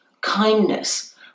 kindness